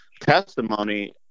testimony